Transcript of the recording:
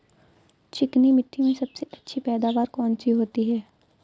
चिकनी मिट्टी में सबसे अच्छी पैदावार कौन सी होती हैं?